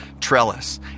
trellis